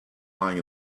lying